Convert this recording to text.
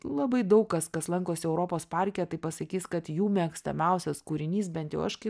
labai daug kas kas lankosi europos parke tai pasakys kad jų mėgstamiausias kūrinys bent jau aš kai